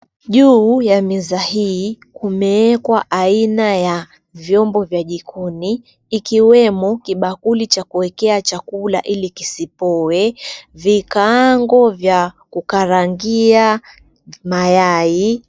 Juu ya meza hii, kumeekwa aina ya vyombo vya jikoni ikiwemo kibakuli cha kuwekea chakula ili kisipoe, vikaango vya kukarangia mayai.